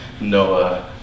Noah